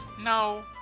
no